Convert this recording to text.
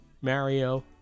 Mario